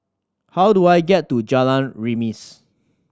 how do I get to Jalan Remis